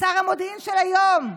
שר המודיעין של היום,